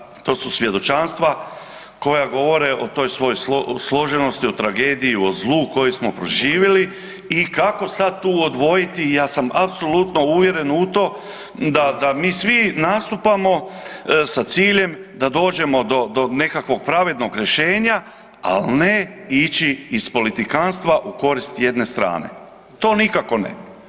Užasno da, to su svjedočanstva koja govore o toj svojoj složenosti, o tragediji, o zlu koje smo proživjeli i kako sad tu odvojiti, ja sam apsolutno uvjeren u to da, da mi svi nastupamo sa ciljem da dođemo do, do nekakvog pravednog rješenja, al ne ići iz politikanstva u korist jedne strane, to nikako ne.